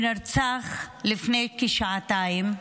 שנרצח לפני כשעתיים.